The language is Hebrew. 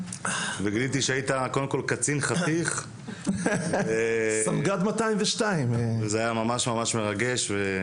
גיליתי שהיית קודם כל קצין חתיך וזה היה ממש ממש מרגש.